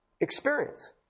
experience